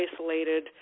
isolated